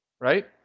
Right